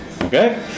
Okay